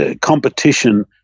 competition